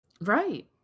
Right